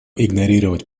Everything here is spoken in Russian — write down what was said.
игнорировать